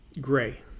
gray